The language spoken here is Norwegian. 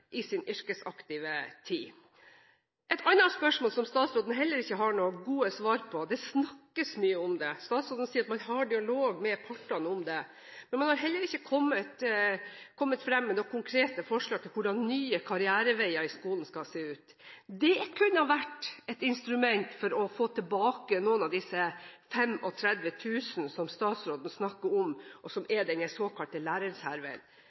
i sin yrkesaktive tid. Et annet spørsmål som statsråden heller ikke har noen gode svar på – det snakkes mye om det, statsråden sier at man har dialog med partene om det – og som hun heller ikke har kommet fram med noen konkrete forslag til, er hvordan nye karriereveier i skolen skal se ut. Det kunne ha vært et instrument for å få tilbake noen av disse 35 000 som statsråden snakker om, og som